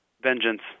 Vengeance